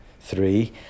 three